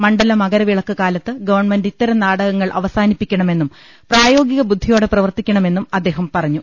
മണ്ഡല മകരവിളക്ക് കാലത്ത് ഗവൺമെന്റ് ഇത്തരം നാടകങ്ങൾ അവസാനിപ്പിക്കണമെന്നും പ്രായോഗിക ബൂദ്ധിയോടെ പ്രവർത്തിക്കണമെന്നും അദ്ദേഹം പറ ഞ്ഞു